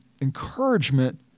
encouragement